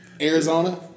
Arizona